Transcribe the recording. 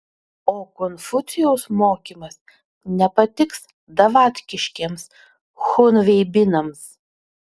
o konfucijaus mokymas nepatiks davatkiškiems chunveibinams